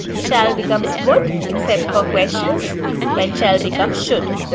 shall becomes would except for questions when shall becomes should,